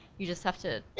you just have to,